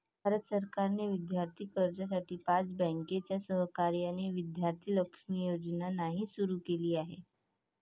भारत सरकारने विद्यार्थी कर्जासाठी पाच बँकांच्या सहकार्याने विद्या लक्ष्मी योजनाही सुरू केली आहे